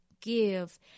give